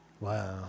Wow